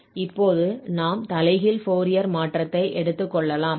இப்போது நாம் தலைகீழ் ஃபோரியர் மாற்றத்தை எடுத்துக்கொள்ளலாம்